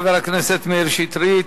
תודה לחבר הכנסת מאיר שטרית.